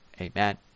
Amen